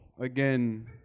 again